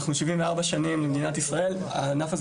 אנחנו 74 שנים במדינת ישראל והענף הזה